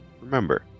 Remember